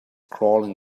crawling